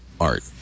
art